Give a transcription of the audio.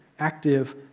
Active